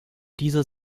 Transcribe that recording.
dieser